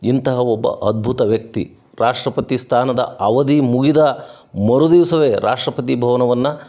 ಇಂಥ ಒಬ್ಬ ಅದ್ಭುತ ವ್ಯಕ್ತಿ ರಾಷ್ಟ್ರಪತಿ ಸ್ಥಾನದ ಅವಧಿ ಮುಗಿದ ಮರು ದಿವಸವೇ ರಾಷ್ಟ್ರಪತಿ ಭವನವನ್ನು